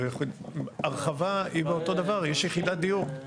אבל הרחבה היא אותו דבר, יש יחידת דיור.